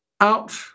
out